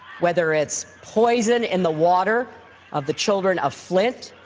whether it's poison in the water of the children of flint,